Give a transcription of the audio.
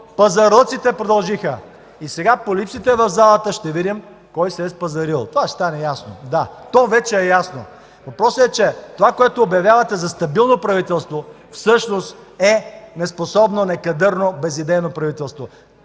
пазарлъците продължиха. И сега по липсите в залата ще видим кой се е спазарил. Това ще стане ясно. То вече е ясно. Въпросът е, че това, което обявявате за стабилно правителство, всъщност е неспособно, некадърно, безидейно правителство.